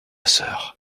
sœur